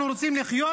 אנחנו רוצים לחיות